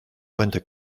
vingt